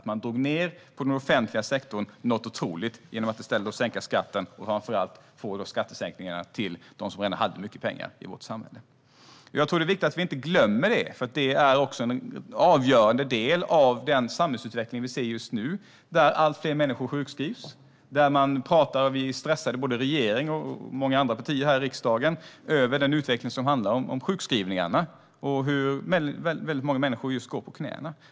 Man drog ned något otroligt på den offentliga sektorn genom att i stället sänka skatten och framför allt få skattesänkningarna att gå till dem i vårt samhälle som redan hade mycket pengar. Jag tror att det är viktigt att vi inte glömmer det, för det är en avgörande del av den samhällsutveckling vi ser just nu där allt fler människor sjukskrivs och där vi pratar om och är stressade, både regerings och många andra partier här i riksdagen, över utvecklingen när det gäller sjukskrivningarna och hur många människor som går på knäna.